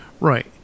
Right